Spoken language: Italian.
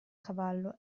cavallo